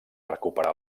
recuperar